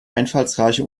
einfallsreiche